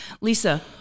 lisa